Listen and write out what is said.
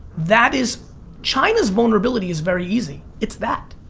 that is china's vulnerability is very easy, it's that.